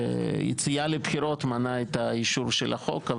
יציאה לבחירות מנעה את האישור של החוק,